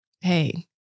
Hey